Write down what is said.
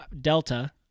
Delta